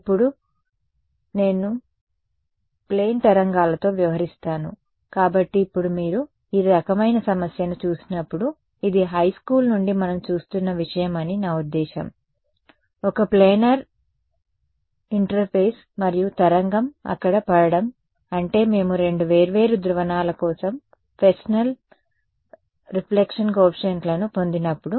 ఇప్పుడు కాబట్టి మేము ప్లేన్ తరంగాలతో వ్యవహరిస్తాము కాబట్టి ఇప్పుడు మీరు ఈ రకమైన సమస్యను చూసినప్పుడు ఇది హైస్కూల్ నుండి మనం చూస్తున్న విషయం అని నా ఉద్దేశ్యం ఒక ప్లానర్ ఇంటర్ఫేస్ మరియు తరంగం అక్కడ పడటం అంటే మేము రెండు వేర్వేరు ధ్రువణాల కోసం ఫ్రెస్నెల్ రిఫ్లెక్షన్ కోఎఫీషియంట్లను పొందినప్పుడు